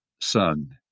son